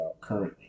currently